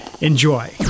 enjoy